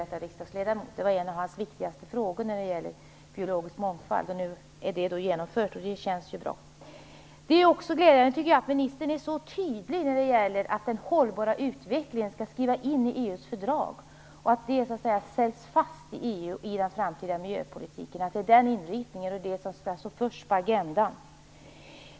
Den vitryggiga hackspetten var en av hans viktigaste frågor när det gäller biologisk mångfald. När nu det arbetet är genomfört känns det bra. Det är också glädjande att ministern är så tydlig i frågan om att detta med en hållbar utveckling skall skrivas in i EU:s fördrag och att det fastställs i EU:s framtida miljöpolitik. Det är den inriktningen som skall stå först på agendan.